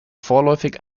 vorläufig